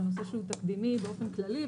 זה נושא שהוא תקדימי באופן כללי,